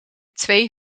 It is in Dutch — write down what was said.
twee